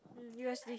u_s_b